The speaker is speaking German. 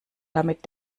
damit